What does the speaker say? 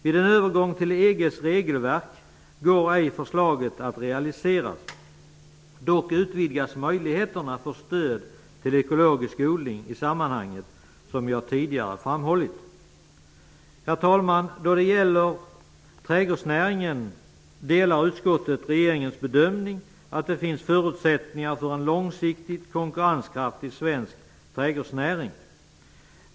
Vid en övergång till EG:s regelverk kan förslaget inte realiseras. Dock utvidgas möjligheterna för stöd till ekologisk odling i sammanhanget, som jag tidigare har framhållit. Herr talman! Då det gäller trädgårdsnäringen delar utskottet regeringens bedömning att det finns förutsättningar för en långsiktigt konkurrenskraftig svensk trädgårdsnäring.